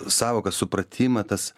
sąvoką supratimą tas